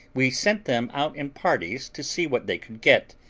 we sent them out in parties to see what they could get,